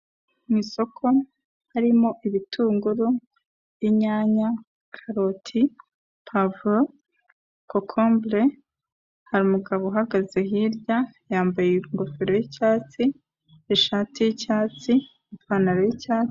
Mu isoko harimo ibitunguru, inyanya, karoti, pavuro, cocombure, hari umugabo uhagaze hirya yambaye ingofero y'icyatsi, n'ishati y'icyatsi, ipantaro y'icyatsi.